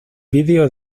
vídeo